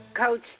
Coach